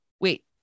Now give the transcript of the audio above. wait